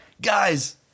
guys